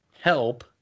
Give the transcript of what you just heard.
Help